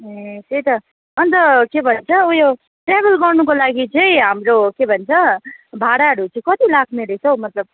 ए त्यही त अन्त के भन्छ उयो ट्राभल गर्नुको लागि चाहिँ हाम्रो के भन्छ भाडाहरू चाहिँ कति लाग्ने रहेछ हौ मतलब